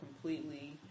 completely